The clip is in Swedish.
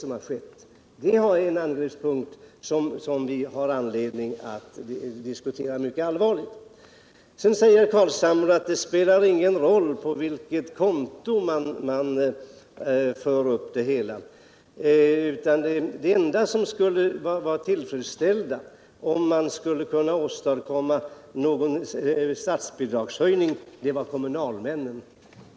Det är någonting som vi har anledning att diskutera mycket allvarligt. Herr Carlshamre sade att det inte spelar någon roll på vilket konto man för upp kostnaderna. De enda som skulle kunna vara till freds om man skulle åstadkomma en statsbidragshöjning vore kommunalmännen.